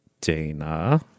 Dana